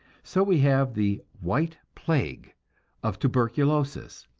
so we have the white plague of tuberculosis,